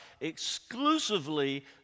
exclusively